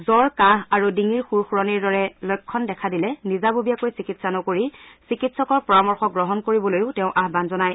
জ্বৰ কাহ আৰু ডিঙিৰ সুৰসুৰণি দৰে লক্ষণ দেখা দিলে নিজাববীয়াকৈ চিকিৎসা নকৰি চিকিৎসকৰ পৰামৰ্শ গ্ৰহণ কৰিবলৈও তেওঁ আয়ান জনায়